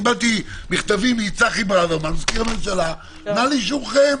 קיבלתי מכתבים מצחי ברוורמן מזכיר הממשלה "נא אישורכם".